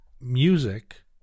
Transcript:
music